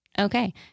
Okay